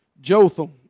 Jotham